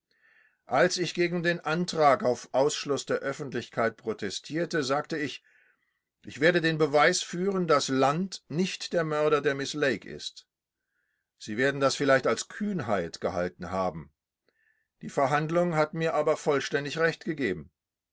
als ich gegen den antrag auf ausschluß der öffentlichkeit protestierte sagte ich ich werde den beweis führen daß land nicht der mörder der miß lake ist sie werden das vielleicht als kühnheit gehalten haben die verhandlung hat mir aber vollständig recht gegeben